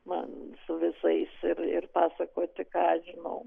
man su visais ir pasakoti ką aš žinau